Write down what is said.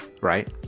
right